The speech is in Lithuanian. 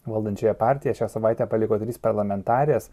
valdančiąją partiją šią savaitę paliko trys parlamentarės